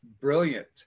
brilliant